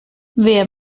wer